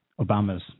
Obama's